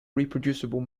reproducible